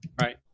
right